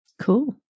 Cool